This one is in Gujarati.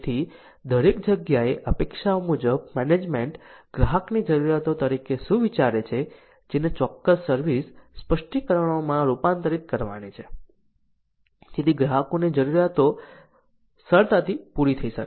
તેથી દરેક જગ્યાએ અપેક્ષાઓ મુજબ મેનેજમેન્ટ ગ્રાહકની જરૂરિયાતો તરીકે શું વિચારે છે જેને ચોક્કસ સર્વિસ સ્પષ્ટીકરણોમાં રૂપાંતરિત કરવાની છે જેથી ગ્રાહકોની જરૂરિયાતો સરળતાથી પૂરી થઈ શકે